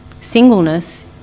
Singleness